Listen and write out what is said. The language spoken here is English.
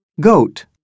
goat